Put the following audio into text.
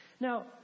Now